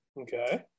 Okay